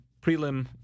prelim